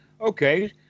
Okay